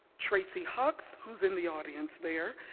tracy hucks, who's in the audience there,